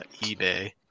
eBay